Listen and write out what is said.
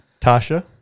Tasha